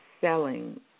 selling